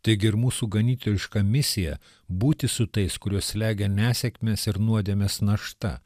taigi ir mūsų ganytojiška misija būti su tais kuriuos slegia nesėkmės ir nuodėmės našta